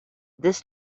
this